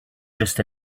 just